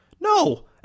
No